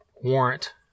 Warrant